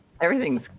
Everything's